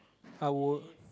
I will